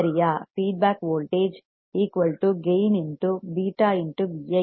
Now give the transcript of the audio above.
feedback voltage gain β Vi